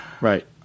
Right